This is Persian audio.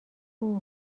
اوه